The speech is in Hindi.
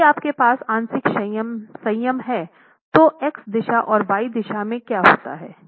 यदि आपके पास आंशिक संयम है तो एक्स दिशा और y दिशा में क्या होता है